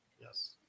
Yes